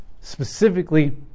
specifically